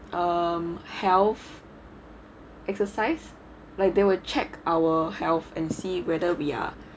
um health exercise like they would check our health and see whether we are